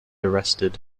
arrested